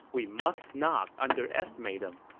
we must not underestimate him.